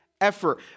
effort